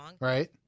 right